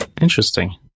Interesting